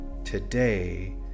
Today